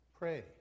pray